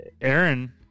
Aaron